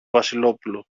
βασιλόπουλο